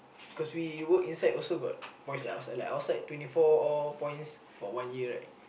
cause we work inside also got points like outside like outside twenty four all points for one year right